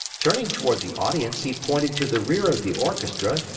turning toward the audience, he pointed to the rear of the orchestra,